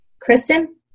Kristen